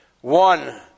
one